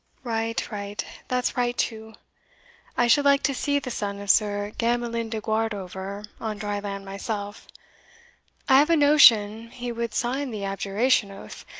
right, right, that's right too i should like to see the son of sir gamelyn de guardover on dry land myself i have a notion he would sign the abjuration oath,